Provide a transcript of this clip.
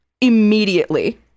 immediately